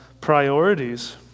priorities